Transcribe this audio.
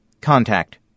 Contact